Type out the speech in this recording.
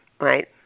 right